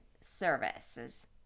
Services